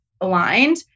aligned